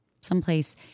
someplace